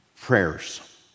prayers